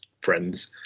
friends